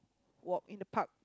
walk in the park